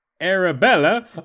Arabella